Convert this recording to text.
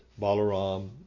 Balaram